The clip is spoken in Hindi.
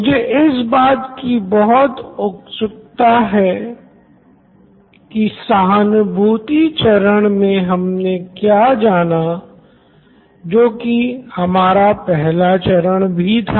मुझे इस बात की बहुत उत्सुकता है की सहानुभूति चरण मे हमने क्या जाना जो की हमारा पहला चरण भी था